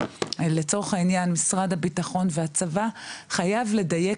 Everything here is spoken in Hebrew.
לצורך העניין משרד הביטחון והצבא חייב לדייק